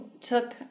took